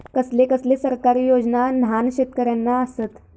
कसले कसले सरकारी योजना न्हान शेतकऱ्यांना आसत?